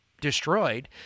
destroyed